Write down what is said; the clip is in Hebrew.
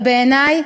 אבל בעיני,